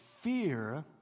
fear